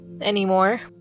anymore